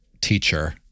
teacher